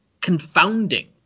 confounding